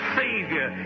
savior